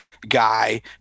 Guy